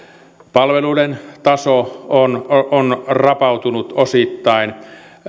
palveluiden taso on on rapautunut osittain